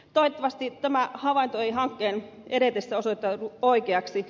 toivottavasti tämä havainto ei hankkeen edetessä osoittaudu oikeaksi